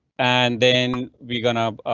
and then we gonna, ah,